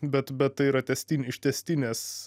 bet bet tai yra tęstinė ištęstinės